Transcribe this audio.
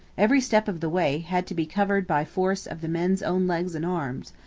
every step of the way had to be covered by force of the men's own legs and arms,